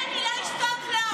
לא, אני לא אשתוק לו.